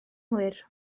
hwyr